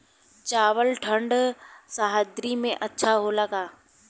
चावल ठंढ सह्याद्री में अच्छा होला का?